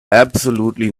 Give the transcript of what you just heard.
absolutely